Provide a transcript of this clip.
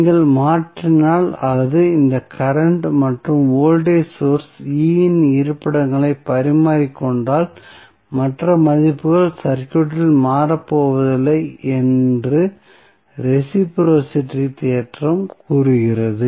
நீங்கள் மாற்றினால் அல்லது இந்த கரண்ட் மற்றும் வோல்டேஜ் சோர்ஸ் E இன் இருப்பிடங்களை பரிமாறிக்கொண்டால் மற்ற மதிப்புகள் சர்க்யூட்டில் மாறப்போவதில்லை என்று ரெஸிபிரோஸிட்டி தேற்றம் கூறுகிறது